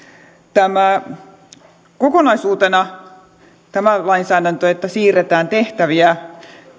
kokonaisuutena tämä lainsäädäntö että siirretään tehtäviä